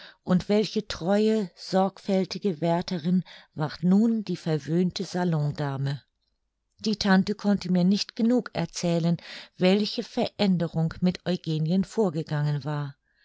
und welche treue sorgfältige wärterin ward nun die verwöhnte salondame die tante konnte mir nicht genug erzählen welche veränderung mit eugenien vorgegangen war